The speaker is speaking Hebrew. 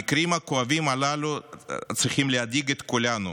המקרים הכואבים הללו צריכים להדאיג את כולנו,